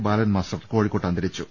ബാലൻ master കോഴിക്കോട്ട് അന്തരിച്ചു